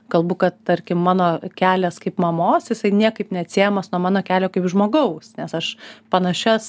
kalbu kad tarkim mano kelias kaip mamos jisai niekaip neatsiejamas nuo mano kelio žmogaus nes aš panašias